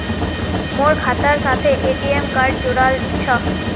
मोर खातार साथे ए.टी.एम कार्ड जुड़ाल छह